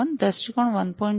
1 દૃષ્ટિકોણ 1